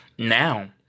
Now